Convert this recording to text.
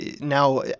now